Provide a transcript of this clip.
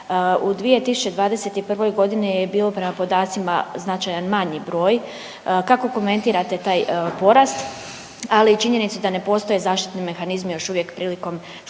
u 2021.g. je bilo prema podacima značajan manji broj. Kako komentirate taj porast, ali i činjenicu da ne postoje zaštitni mehanizmi još uvijek prilikom sklapanja